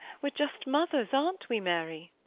we're just mothers, aren't we, mary?